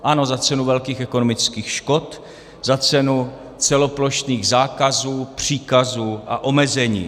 Ano, za cenu velkých ekonomických škod, za cenu celoplošných zákazů, příkazů a omezení.